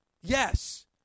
Yes